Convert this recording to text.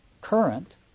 current